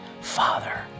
Father